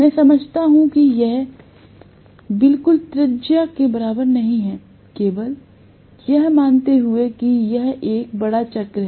मैं समझता हूं कि यह बिल्कुल त्रिज्या के बराबर नहीं है लेकिन यह मानते हुए कि यह एक बड़ा चक्र है